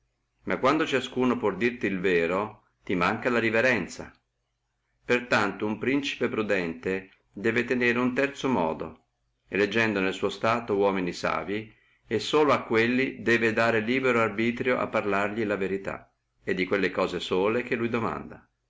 ma quando ciascuno può dirti el vero ti manca la reverenzia per tanto uno principe prudente debbe tenere uno terzo modo eleggendo nel suo stato uomini savi e solo a quelli debbe dare libero arbitrio a parlarli la verità e di quelle cose sole che lui domanda